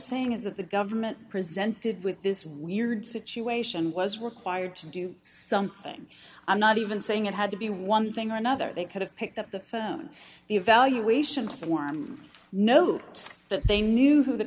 saying is that the government presented with this weird situation was required to do something i'm not even saying it had to be one thing or another they could have picked up the phone the evaluation form note that they knew who t